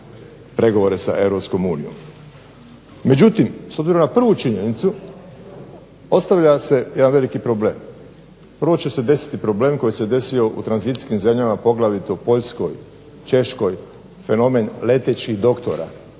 pregovore sa Europskom unijom. Međutim s obzirom na prvu činjenicu, postavlja se jedan veliki problem. Prvo će se desiti problem koji se desio u tranzicijskim zemljama, poglavito u Poljskoj, Češkoj, fenomen letećih doktora.